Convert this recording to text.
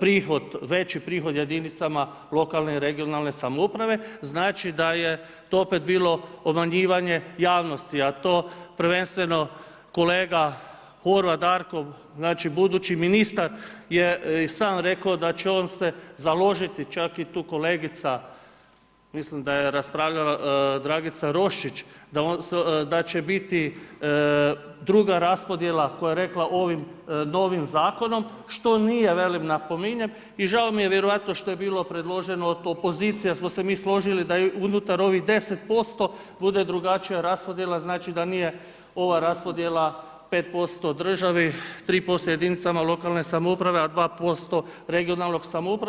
prihod, veći prihod jedinicama lokalne i regionalne samouprave, znači da je to opet bilo obmanjivanje javnosti, a to prvenstveno kolega Horvat Darko, znači budući ministar je i sam rekao da će on se založiti čak i tu kolegica mislim da je raspravljala Dragica Roščić da će biti druga raspodjela koja je rekla ovim novim Zakonom, što nije velim, napominjem i žao mi je vjerojatno što je bilo predloženo to opozicija smo se mi složili da je unutar ovih 10% bude drugačija raspodjela, znači da nije ova raspodjela 5% državi, 3% jedinicama lokalne samouprave, a 2% regionalnoj samoupravi.